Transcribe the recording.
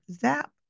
zap